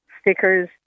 stickers